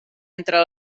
entre